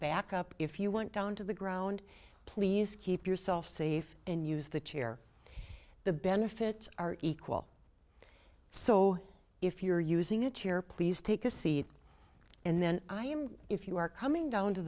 back up if you went down to the ground please keep yourself safe and use the chair the benefits are equal so if you're using a chair please take a seat and then i am if you are coming down to